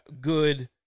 good